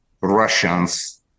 Russians